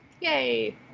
Yay